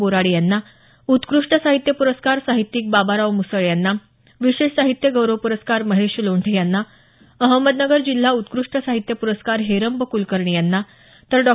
बोराडे यांना उत्कृष्ट साहित्य प्रस्कार साहित्यिक बाबाराव मुसळे यांना विशेष साहित्य गौरव प्रस्कार महेश लोंढे यांना अहमदनगर जिल्हा उत्कृष्ट साहित्य पुरस्कार हेरंब कुलकर्णी तर डॉ